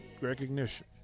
recognition